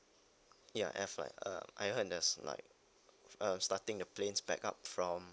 ya have like uh I heard there's like uh starting the planes back up from